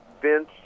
Vince